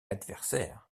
adversaire